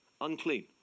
Unclean